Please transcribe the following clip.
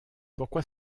pourquoi